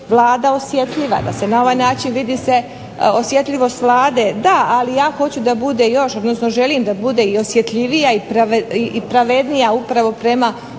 Vlada osjetljiva, da se na ovaj način vidi se osjetljivost Vlade. Da, ali ja hoću da bude još, odnosno želim da bude i osjetljivija i pravednija upravo prema